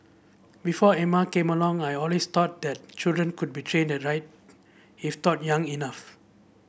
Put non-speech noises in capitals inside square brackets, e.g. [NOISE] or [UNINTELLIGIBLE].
before Emma came along I always thought that children could be trained [UNINTELLIGIBLE] right if taught young enough